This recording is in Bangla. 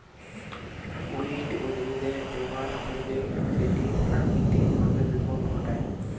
উইড উদ্ভিদের যোগান হইলে সেটি প্রাকৃতিক ভাবে বিপদ ঘটায়